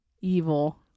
Evil